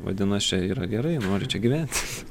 vadinas čia yra gerai nori čia gyvent